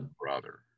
brother